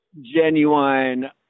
genuine